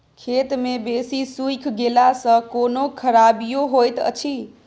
खेत मे बेसी सुइख गेला सॅ कोनो खराबीयो होयत अछि?